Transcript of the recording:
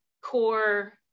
core